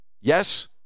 yes